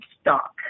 stock